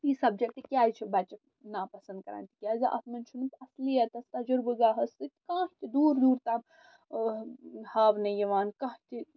یہِ سبجَکٹ کیازِ چھُ بچہِ ناپسنٛد کران تِکیٛازِ اتھ منٛز چھُنہٕ اَصلِیَتس تجرُبہٕ گاہس سۭتۍ کانٛہہ تہِ دوٗر دوٗر تام ہاونہٕ یِوان کانٛہہ تہِ